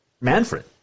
Manfred